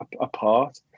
apart